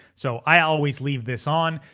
so i always leave this on.